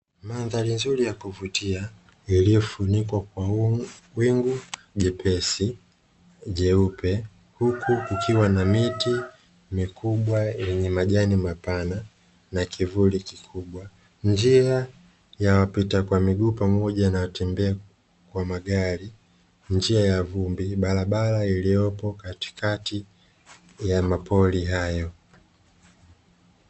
Mandhari nzuri ya kuvutia iliyofunikwa kwa wingu jepesi jeupe, huku kukiwa na miti mikubwa yenye majani mapana na kivuli kikubwa. Njia ya wapita kwa miguu pamoja na watembea kwa magari njia ya vumbi barabara iliyopo katikati ya mapori hayo.